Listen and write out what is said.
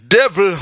devil